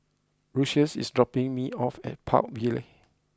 Lucious is dropping me off at Park Vale